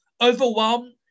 Overwhelmed